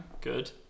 Good